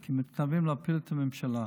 כי הם מתכוונים להפיל את הממשלה.